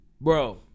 Bro